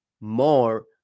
more